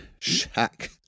Shack